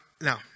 now